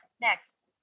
next